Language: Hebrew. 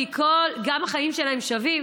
כי גם החיים שלהם שווים,